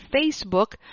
Facebook